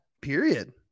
period